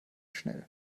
schnell